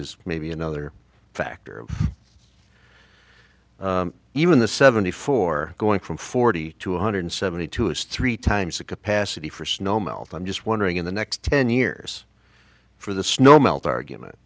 is maybe another factor of even the seventy four going from forty to one hundred seventy two is three times the capacity for snow melt i'm just wondering in the next ten years for the snow melt argument